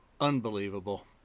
unbelievable